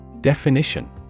Definition